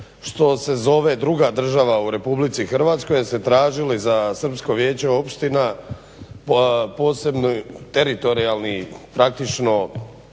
što se zove druga država u Republici Hrvatskoj, jer ste tražili za srpsko vijeće opština posebni teritorijalni praktično